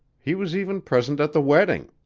he was even present at the wedding.